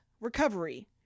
recovery